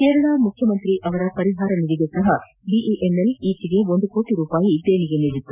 ಕೇರಳ ಮುಖ್ಜಮಂತ್ರಿ ಅವರ ಪರಿಹಾರನಿಧಿಗೆ ಸಹ ಬಿಇಎಂಎಲ್ ಈಚೆಗೆ ಒಂದು ಕೋಟ ರೂಪಾಯಿ ದೇಣಿಗೆ ನೀಡಿತ್ತು